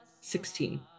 sixteen